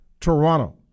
Toronto